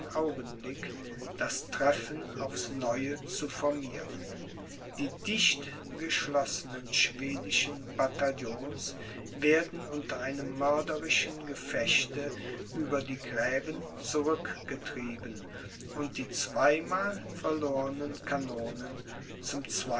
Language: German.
augenblick das treffen aufs neue zu formieren die dicht geschlossenen schwedischen bataillons werden unter einem mörderischen gefechte über die gräben zurückgetrieben und die zweimal verlornen kanonen